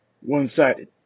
one-sided